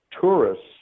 tourists